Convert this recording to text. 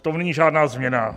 V tom není žádná změna.